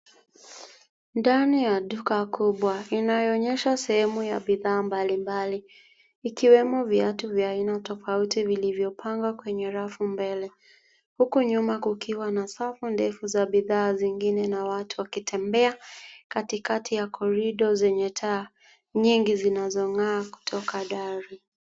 Ndani ya duka kubwa inayoonyesha sehemu ya bidhaa mbalimbali ikiwemo viatu vya aina tofauti vilivyopangwa kwenye rafu mbele huku nyuma kukiwa na safu ndefu ya bidhaa zingine na watu wakitembea katikati ya corridor yenye taa nyingi zinazong'aa kutoka dari.